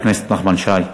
חבר הכנסת נחמן שי,